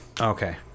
Okay